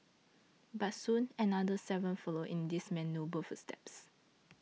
but soon another seven followed in this man's noble footsteps